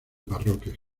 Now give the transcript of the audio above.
parroquias